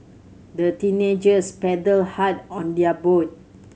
the teenagers paddled hard on their boat